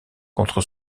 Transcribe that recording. contre